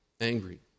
angry